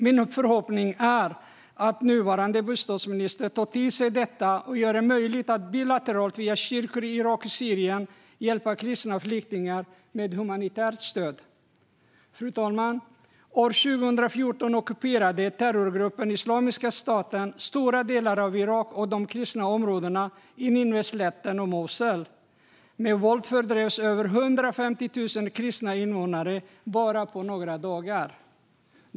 Min förhoppning är att vår nuvarande biståndsminister tar till sig detta och gör det möjligt att bilateralt via kyrkor i Irak och Syrien hjälpa kristna flyktingar med humanitärt stöd. Fru talman! År 2014 ockuperade terrorgruppen Islamiska staten stora delar av Irak och de kristna områdena på Nineveslätten och i Mosul. Med våld fördrevs över 150 000 kristna invånare på bara några dagar.